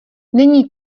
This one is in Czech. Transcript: není